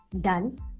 done